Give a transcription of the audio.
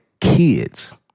kids